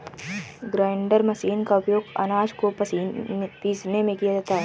grinder machine का उपयोग आनाज को पीसने में किया जाता है